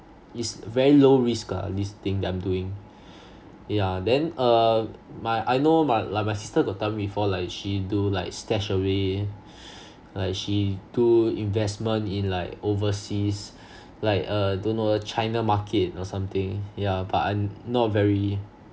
it's very low risk lah this thing that I'm doing yeah then uh my I know my like my sister got tell me before like she do like stash away like she do investment in like overseas like uh don't know china market or something ya but I'm not very